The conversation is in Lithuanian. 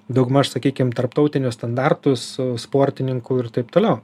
daugmaž sakykim tarptautinius standartus su sportininku ir taip toliau